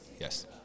Yes